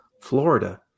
Florida